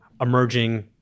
emerging